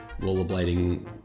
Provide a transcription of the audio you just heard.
rollerblading